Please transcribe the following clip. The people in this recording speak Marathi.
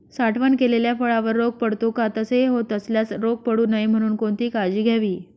साठवण केलेल्या फळावर रोग पडतो का? तसे होत असल्यास रोग पडू नये म्हणून कोणती काळजी घ्यावी?